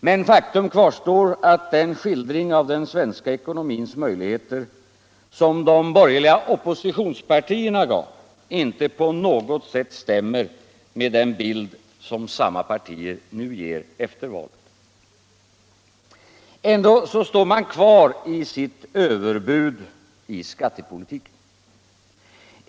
Men faktum kvarstår att den skildring av den svenska eko nomins möjligheter, som de borgerliga oppositionspartierna gav, inte på något sätt stämmer med den bild som samma partier nu ger efter valet. Ändå står man kvar vid sitt överbud i skattepolitiken.